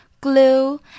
glue